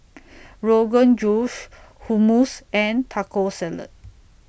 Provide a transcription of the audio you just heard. Rogan Josh Hummus and Taco Salad